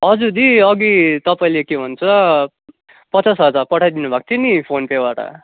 हजुर दी अघि तपाईँले के भन्छ पचास हजार पठाइदिनु भएको थियो नि फोनपेबाट